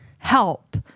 Help